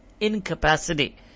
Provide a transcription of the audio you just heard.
incapacity